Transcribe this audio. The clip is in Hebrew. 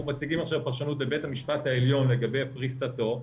אנחנו מציגים עכשיו פרשנות בבית המשפט העליון לגבי פריסתו,